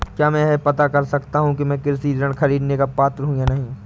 क्या मैं यह पता कर सकता हूँ कि मैं कृषि ऋण ख़रीदने का पात्र हूँ या नहीं?